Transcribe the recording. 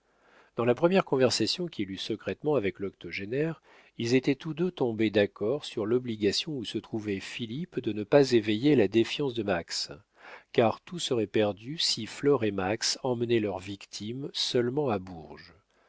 dans la première conversation qu'il eut secrètement avec l'octogénaire ils étaient tous deux tombés d'accord sur l'obligation où se trouvait philippe de ne pas éveiller la défiance de max car tout serait perdu si flore et max emmenaient leur victime seulement à bourges